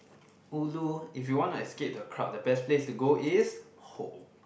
although if you want to escape the crowd the best place to go is home